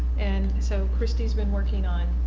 and so christy's been workin on